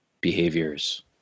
behaviors